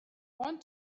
want